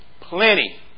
plenty